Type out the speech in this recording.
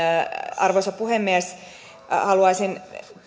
arvoisa puhemies haluaisin